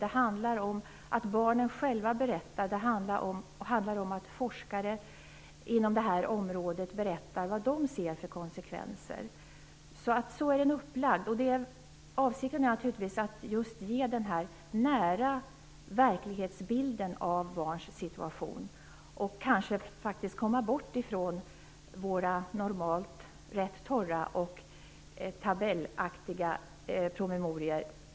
Det är barnen själva och forskare inom detta område som berättar om konsekvenserna. Så är det upplagt. Avsikten är just att ge en nära verklighetsbild av barns situation och då komma bort ifrån de normalt rätt torra och tabellfyllda promemorior.